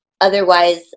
otherwise